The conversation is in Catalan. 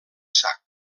sac